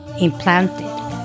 implanted